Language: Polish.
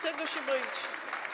Tego się boicie.